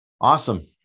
awesome